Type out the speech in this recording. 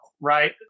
Right